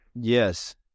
Yes